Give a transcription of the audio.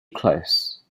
close